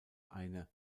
eine